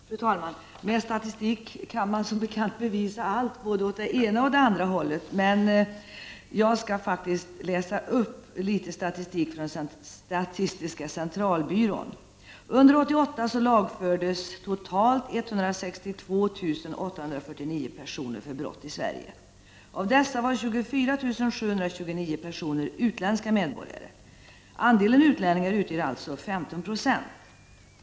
Fru talman! Med statistik kan man som bekant bevisa allt, både åt det ena och det andra hållet. Men jag skall faktiskt läsa upp litet statistik från statis tiska centralbyrån. Under 1988 lagfördes totalt 162 849 personer för brott i Sverige. Av dessa var 24 729 personer utländska medborgare. Andelen utlänningar utgjorde alltså 15 26.